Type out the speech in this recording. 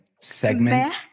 segment